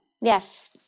Yes